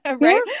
right